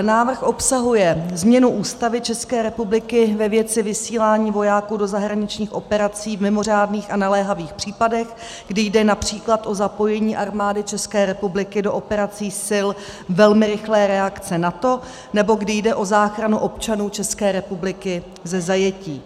Návrh obsahuje změnu Ústavy České republiky ve věci vysílání vojáků do zahraničních operací v mimořádných a naléhavých případech, kdy jde například o zapojení Armády České republiky do operací Sil velmi rychlé reakce NATO nebo kdy jde o záchranu občanů České republiky ze zajetí.